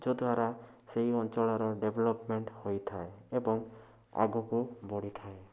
ଯଦ୍ୱାରା ସେହି ଅଞ୍ଚଳର ଡ଼େଭେଲପମେଣ୍ଟ ହୋଇଥାଏ ଏବଂ ଆଗୁକୁ ବଢ଼ିଥାଏ